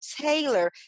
Taylor